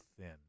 thin